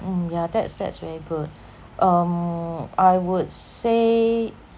mm yeah that's that's very good um I would say